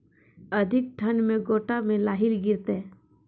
अधिक ठंड मे गोटा मे लाही गिरते?